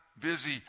busy